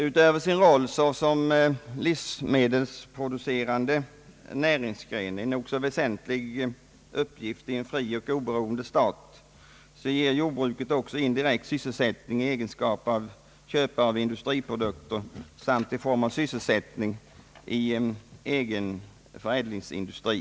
Utöver sin roll såsom livsmedelsproducerande näringsgren — en nog så väsentlig uppgift i en fri och oberoende stat — ger jordbruket också indirekt sysselsättning i egenskap av köpare av industriprodukter. Det ger också i icke ringa grad sysselsättning i sin egen förädlingsindustri.